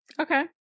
okay